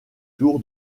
tour